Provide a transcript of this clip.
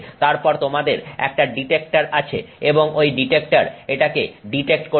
তারপর তোমাদের একটা ডিটেক্টর আছে এবং ঐ ডিটেক্টর এটাকে ডিটেক্ট করছে